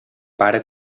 pare